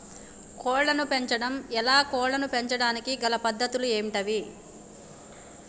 కోళ్లను పెంచడం ఎలా, కోళ్లను పెంచడానికి గల పద్ధతులు ఏంటివి?